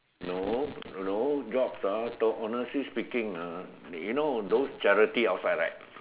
no no jobs ah honestly speaking ah you know those charity outside right